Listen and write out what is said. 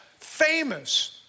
famous